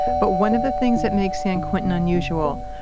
but one of the things that makes san quentin unusual,